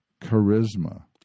charisma